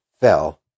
fell